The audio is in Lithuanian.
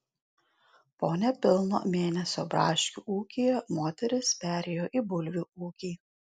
po nepilno mėnesio braškių ūkyje moteris perėjo į bulvių ūkį